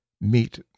Meet